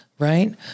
Right